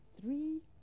three